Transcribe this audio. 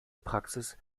praxis